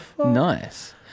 Nice